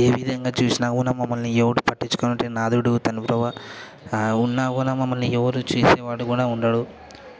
ఏ విధంగా చూసినా కూడా మమ్మల్ని ఎవడు పట్టించుకునేటి నాధుడు ఉన్నా కూడా మమ్మల్ని ఎవరు చూసేవాడు కూడా ఉండడు